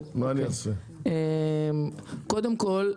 קודם כול,